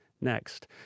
Next